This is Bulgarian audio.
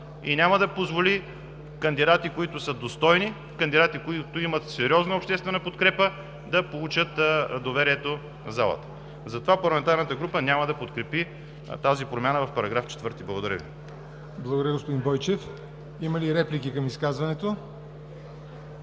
и няма да позволи кандидати, които са достойни, кандидати, които имат сериозна обществена подкрепа, да получат доверието в залата. Затова парламентарната група няма да подкрепи промяната в § 4. Благодаря Ви. ПРЕДСЕДАТЕЛ ЯВОР НОТЕВ: Благодаря Ви, господин Бойчев. Има ли реплики към изказването?